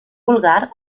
vulgar